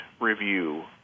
review